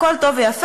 הכול טוב ויפה,